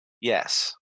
yes